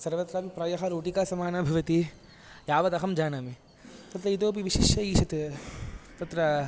सर्वत्रापि प्रायः रोटिका समाना भवति यावदहं जानामि तत्र इतोऽपि विशिष्य ईषत् तत्र